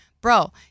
Bro